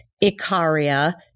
Icaria